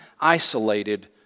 isolated